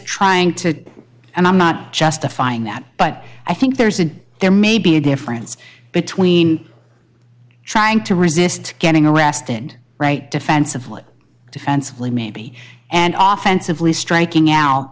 trying to and i'm not justifying that but i think there's an there may be a difference between trying to resist getting arrested right defensively defensively maybe and often simply striking out